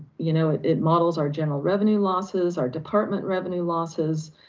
you know, it models our general revenue losses, our department revenue losses.